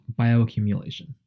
bioaccumulation